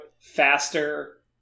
faster